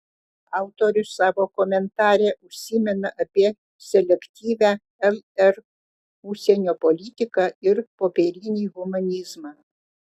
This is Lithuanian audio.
autorius savo komentare užsimena apie selektyvią lr užsienio politiką ir popierinį humanizmą